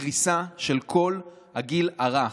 בקריסה של כל הגיל הרך,